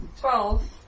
twelve